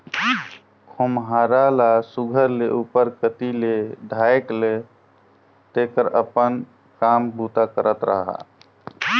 खोम्हरा ल सुग्घर ले उपर कती ले ढाएक ला तेकर अपन काम बूता करत रहा